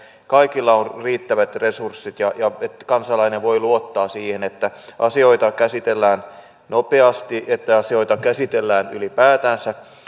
kaikilla on riittävät resurssit ja että kansalainen voi luottaa siihen että asioita käsitellään nopeasti että asioita käsitellään ylipäätänsä